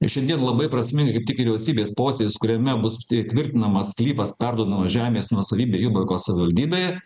ir šiandien labai prasminga kaip tik vyriausybės posėdis kuriame bus t tvirtinamas sklypas perduodama žemės nuosavybė jurbarko savivaldybėje